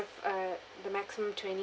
uh the maximum twenty